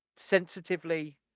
Sensitively